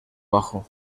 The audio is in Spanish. bajo